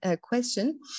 question